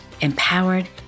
empowered